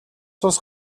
цус